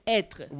être